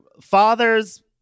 father's